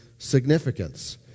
significance